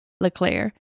LeClaire